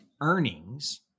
earnings